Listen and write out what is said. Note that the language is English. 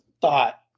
thought